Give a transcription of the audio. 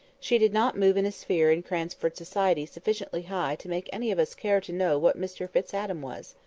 she did not move in a sphere in cranford society sufficiently high to make any of us care to know what mr fitz-adam was.